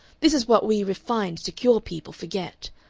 this is what we refined secure people forget.